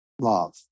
love